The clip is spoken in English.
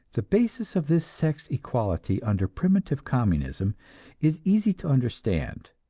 the basis of this sex equality under primitive communism is easy to understand.